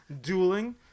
dueling